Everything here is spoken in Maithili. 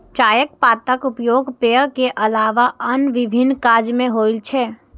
चायक पातक उपयोग पेय के अलावा आन विभिन्न काज मे होइ छै